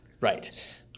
Right